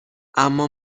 اما